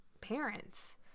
parents